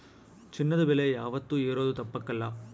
ಚಿನ್ನದ ಬೆಲೆ ಯಾವಾತ್ತೂ ಏರೋದು ತಪ್ಪಕಲ್ಲ